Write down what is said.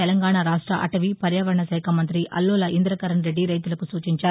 తెలంగాణా రాష్ట అటవీవర్యావరణశాఖా మంతి అల్లోల ఇంద్రకరణ్రెడ్డి రైతులకు నూచించారు